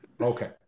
Okay